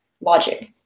logic